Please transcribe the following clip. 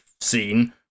seen